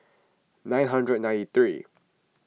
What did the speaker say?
nine hundred ninety three